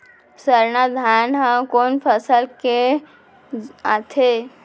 सरना धान ह कोन फसल में आथे?